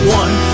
one